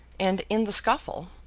and, in the scuffle,